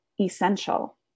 essential